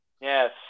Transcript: Yes